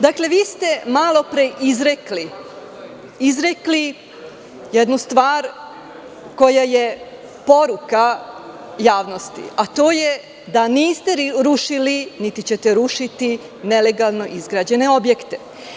Dakle, vi ste malo pre izrekli jednu stvar koja je poruka javnosti, a to je da niste rušili, niti ćete rušiti nelegalno izgrađene objekte.